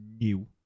new